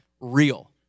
real